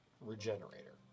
regenerator